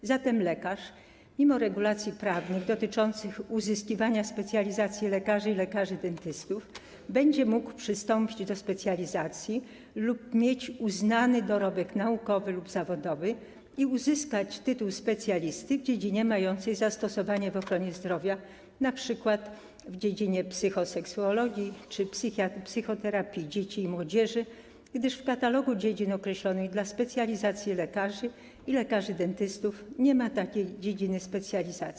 A zatem lekarz mimo regulacji prawnych dotyczących uzyskiwania specjalizacji lekarzy i lekarzy dentystów będzie mógł przystąpić do specjalizacji lub mieć uznany dorobek naukowy lub zawodowy i uzyskać tytuł specjalisty w dziedzinie mającej zastosowanie w ochronie zdrowia, np. w dziedzinie psychoseksuologii lub psychoterapii dzieci i młodzieży, mimo że w katalogu dziedzin określonych dla specjalizacji lekarzy i lekarzy dentystów nie ma takiej dziedziny specjalizacji.